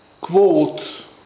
quote